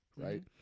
right